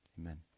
amen